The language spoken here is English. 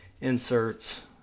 inserts